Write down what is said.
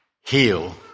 heal